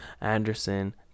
Anderson